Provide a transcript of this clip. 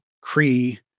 cree